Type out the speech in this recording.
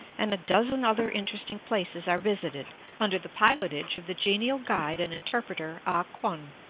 and a dozen other interesting places are visited under the pilotage of the genial guide and interpreter ah kum.